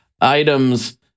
items